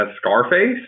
Scarface